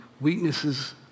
weaknesses